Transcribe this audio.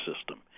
system